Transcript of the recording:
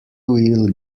wheel